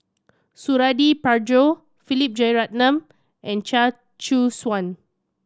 Suradi Parjo Philip Jeyaretnam and Chia Choo Suan